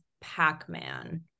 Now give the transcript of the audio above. Pac-Man